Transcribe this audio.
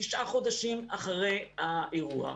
תשעה חודשים אחרי האירוע,